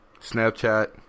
Snapchat